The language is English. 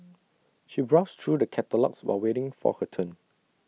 she browsed through the catalogues while waiting for her turn